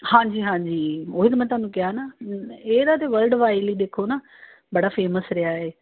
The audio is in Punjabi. ਹਾਂਜੀ ਹਾਂਜੀ ਉਹੀ ਤਾਂ ਮੈਂ ਤੁਹਾਨੂੰ ਕਿਹਾ ਨਾ ਇਹਦਾ ਤਾਂ ਵਰਲਡ ਵਾਈਡਲ ਹੀ ਦੇਖੋ ਨਾ ਬੜਾ ਫੇਮਸ ਰਿਹਾ ਹੈ